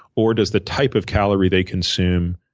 or does the type of calorie they consume